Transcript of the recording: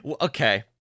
Okay